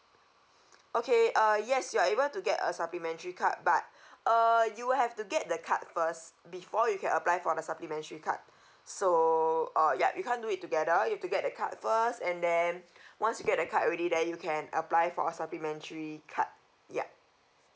okay uh yes you are able to get a supplementary card but uh you will have to get the card first before you can apply for the supplementary card so uh ya you can't do it together you've to get that card first and then once you get the card already there you can apply for a supplementary card yup